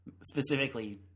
specifically